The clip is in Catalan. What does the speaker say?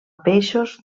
peixos